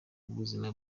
buzima